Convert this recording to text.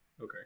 Okay